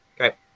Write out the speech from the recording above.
Okay